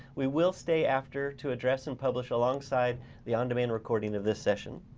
we will stay after to address and publish alongside the on demand recording of this session.